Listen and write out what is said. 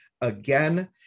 again